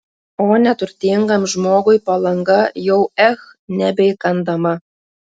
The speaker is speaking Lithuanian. o neturtingam žmogui palanga jau ech nebeįkandama